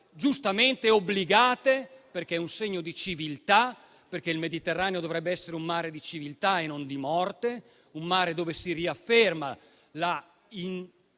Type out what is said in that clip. giustamente obbligate, perché è un segno di civiltà e il Mediterraneo dovrebbe essere un mare di civiltà e non di morte, un mare dove si riafferma